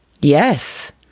Yes